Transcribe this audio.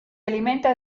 alimenta